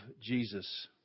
Jesus